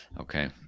Okay